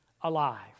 alive